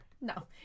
No